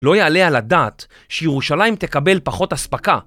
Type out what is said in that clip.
לא יעלה על הדעת שירושלים תקבל פחות אספקה.